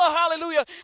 hallelujah